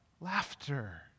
Laughter